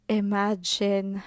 imagine